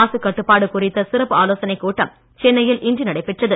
மாசுக் கட்டுப்பாடு குறித்த சிறப்பு ஆலோசனைக் கூட்டம் சென்னையில் இன்று நடைபெற்றது